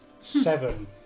Seven